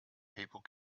people